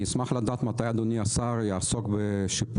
אני אשמח לדעת מתי אדוני השר יעסוק בשיפור